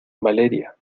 valeria